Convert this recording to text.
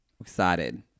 excited